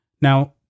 Now